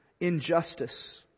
injustice